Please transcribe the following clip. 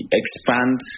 expand